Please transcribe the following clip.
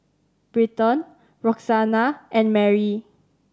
Britton Roxanna and Mari